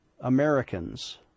Americans